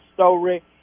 story